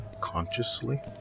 consciously